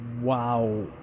wow